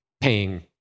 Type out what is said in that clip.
paying